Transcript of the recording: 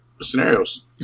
scenarios